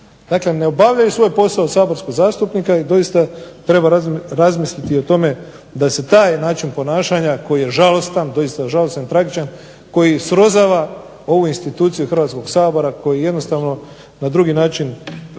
Dakle ne obavljaju svoj posao saborskog zastupnika i doista treba razmisliti i o tome da se taj način ponašanja koji je žalostan, doista žalostan, tragičan, koji srozava ovu instituciju Hrvatskog sabora, koji jednostavno na drugi način